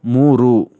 ಮೂರು